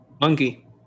Monkey